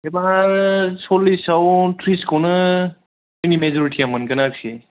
एबार सललिसयाव ट्रिसखौनो जोंनि मेजरिथिया मोनगोन आरोखि